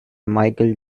michael